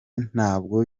ntabwo